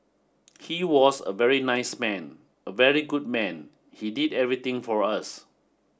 he was a very nice man a very good man he did everything for us